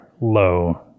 low